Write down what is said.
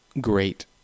great